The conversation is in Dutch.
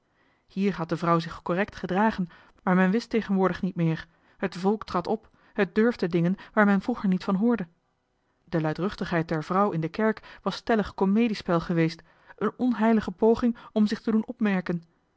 hier had de vrouw zich correct gedragen maar men wist tegenwoordig niet meer het volk trad op het durfde dingen waar men vroeger niet van hoorde de luidruchtigheid der vrouw in de kerk was beslist komediespel geweest een onheilige poging om zich te doen opmerken